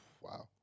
Wow